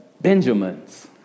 Benjamins